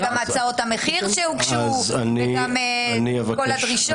וגם הצעות המחיר שהוגשו וגם כל הדרישות.